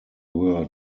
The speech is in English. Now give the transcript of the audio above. were